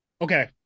Okay